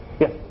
Yes